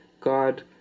God